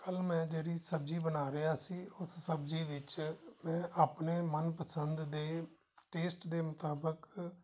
ਕੱਲ੍ਹ ਮੈਂ ਜਿਹੜੀ ਸਬਜ਼ੀ ਬਣਾ ਰਿਹਾ ਸੀ ਉਸ ਸਬਜ਼ੀ ਵਿੱਚ ਮੈਂ ਆਪਣੇ ਮਨਪਸੰਦ ਦੇ ਟੇਸਟ ਦੇ ਮੁਤਾਬਕ